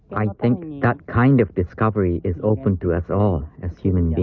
i think that kind of discovery is open to us all as human